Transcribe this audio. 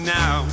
now